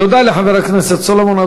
תודה לחבר הכנסת סולומון.